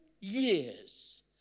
years